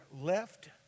left